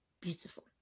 beautiful